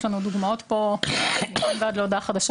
יש לנו דוגמאות פה עד להודעה חדשה.